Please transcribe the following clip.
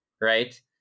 right